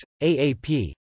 AAP